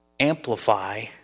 amplify